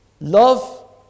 Love